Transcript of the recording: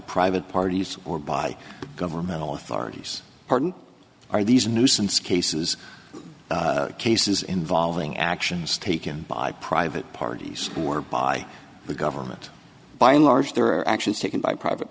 private parties or by governmental authorities are these nuisance cases cases involving actions taken by private parties or by the government by and large there are actions taken by private